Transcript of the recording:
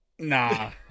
Nah